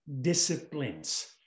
disciplines